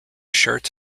shirts